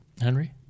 Henry